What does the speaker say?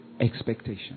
Expectation